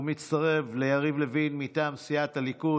הוא מצטרף ליריב לוין מטעם סיעת הליכוד